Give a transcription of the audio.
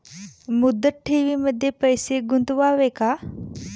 मुदत ठेवींमध्ये पैसे गुंतवावे का?